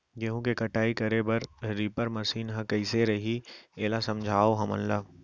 गेहूँ के कटाई करे बर रीपर मशीन ह कइसे रही, एला समझाओ हमन ल?